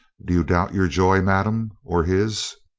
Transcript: do you doubt your joy, madame, or his?